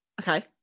Okay